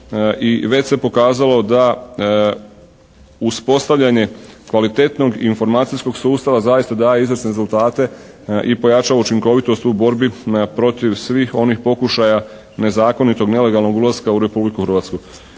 već se pokazalo da uspostavljanje kvalitetnog informacijskog sustava zaista daje izvrsne rezultate i pojačava učinkovitost u borbi protiv svih onih pokušaja nezakonitog nelegalnog ulaska u Republiku Hrvatsku.